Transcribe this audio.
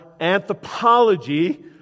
anthropology